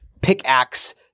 pickaxe